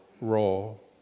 role